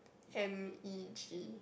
m_e_t